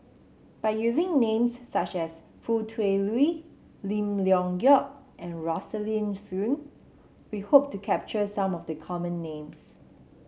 by using names such as Foo Tui Liew Lim Leong Geok and Rosaline Soon we hope to capture some of the common names